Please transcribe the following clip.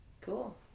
Cool